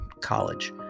college